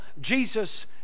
jesus